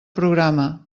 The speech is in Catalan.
programa